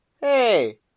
Hey